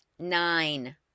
Nine